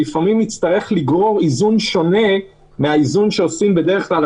לפעמים יצטרך לגרור איזון שונה מהאיזון שעושים בדרך כלל.